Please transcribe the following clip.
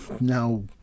now